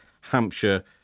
Hampshire